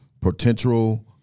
potential